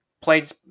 played